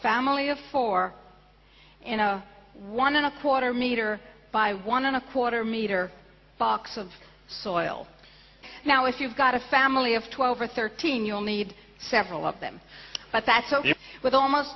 family of four in a one and a quarter meter by one and a quarter meter box of soil now if you've got a family of twelve or thirteen you'll need several of them but that's ok with almost